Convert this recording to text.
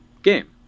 game